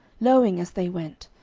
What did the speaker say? lowing as they went,